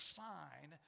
sign